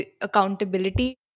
accountability